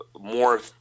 more